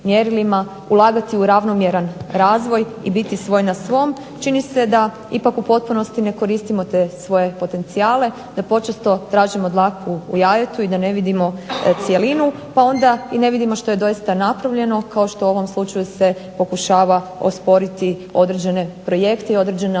ulagati u ravnomjeran razvoj i biti svoji na svom čini se da ipak u potpunosti ne koristimo te svoje potencijale. Da počesto tražimo dlaku u jajetu i da ne vidimo cjelinu pa onda i ne vidimo što je doista napravljeno kao što je u ovom slučaju se pokušava osporiti određene projekte i određena ulaganja